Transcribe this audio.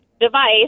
device